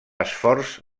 esforç